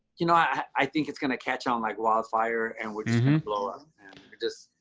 you know, i think it's going to catch on like wildfire and would you know ah just